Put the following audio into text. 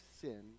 sin